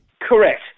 Correct